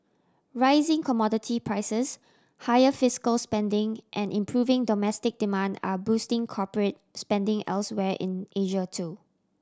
rising commodity prices higher fiscal spending and improving domestic demand are boosting corporate spending elsewhere in Asia too